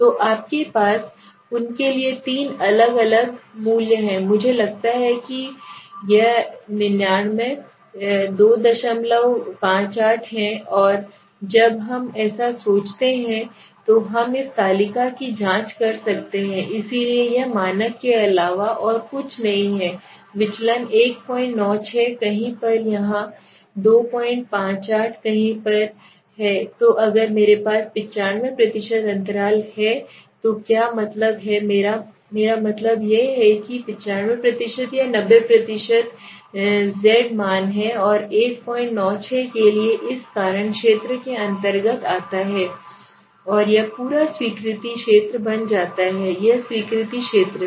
तो आपके पास उनके लिए तीन अलग अलग मूल्य हैं मुझे लगता है कि यह 99 258 है और जब हम ऐसा सोचते हैं तो हम इस तालिका की जांच कर सकते हैं इसलिए यह मानक के अलावा और कुछ नहीं है विचलन 196 कहीं पर यहाँ 258 कहीं पर है तो अगर मेरे पास 95 अंतराल है तो क्या मतलब है मेरा मतलब है कि यह 95 या 90 z मान है और 196 के लिए इस कारण क्षेत्र के अंतर्गत आता है और यह पूरा स्वीकृति क्षेत्र बन जाता है यह स्वीकृति क्षेत्र है